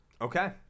Okay